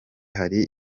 hari